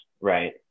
right